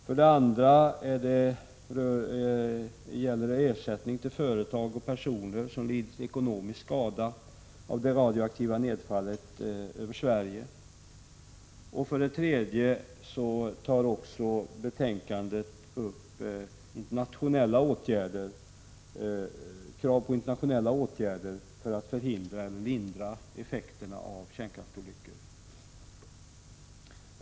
För det andra gäller det ersättning till företag och personer som har lidit ekonomisk skada genom det radioaktiva nedfallet över Sverige. För det tredje tas i betänkandet upp krav på internationella åtgärder för att förhindra eller lindra effekterna av kärnkraftsolyckor.